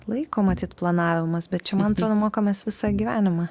laiko matyt planavimas bet čia man atrodo mokomės visą gyvenimą